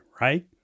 right